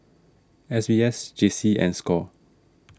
S B S J C and Score